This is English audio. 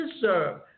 deserve